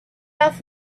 off